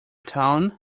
town